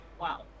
Wow